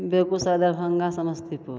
Begusarai Darbhanga Samastipur